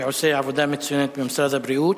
שעושה עבודה מצוינת במשרד הבריאות.